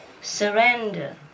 surrender